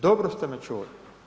Dobro ste me čuli.